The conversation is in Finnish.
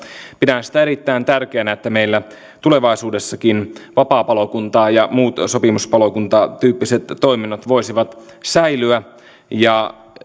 pidän sitä erittäin tärkeänä että meillä tulevaisuudessakin vapaapalokunta ja muut sopimuspalokuntatyyppiset toiminnot voisivat säilyä